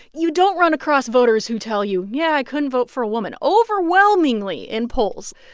you don't run across voters who tell you, yeah, i couldn't vote for a woman. overwhelmingly, in polls,